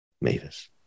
Mavis